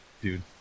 dude